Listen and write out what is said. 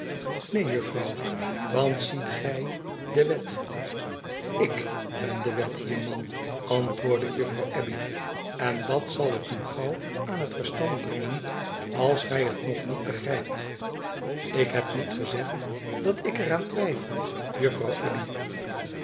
neen juffrouw want ziet gij de wet ik ben de wet hier man antwoordde juffrouw abbey ten dat zal ik u gauw aan het verstand brengen als gij het nog niet begrijpt ik heb niet gezegd dat ik er aan twijfel juffrouw